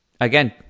again